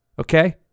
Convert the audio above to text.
Okay